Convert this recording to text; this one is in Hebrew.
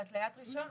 על התליית רישיון,